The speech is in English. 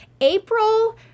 April